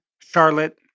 Charlotte